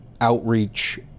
outreach